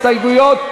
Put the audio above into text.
הסתייגויות.